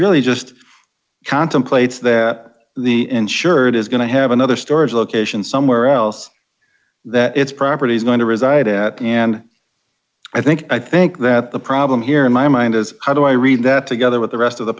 really just contemplates that the insured is going to have another storage location somewhere else that its property is going to reside at and i think i think that the problem here in my mind is how do i read that together with the rest of the